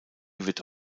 wird